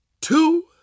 two